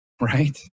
Right